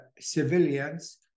civilians